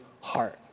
heart